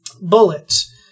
bullets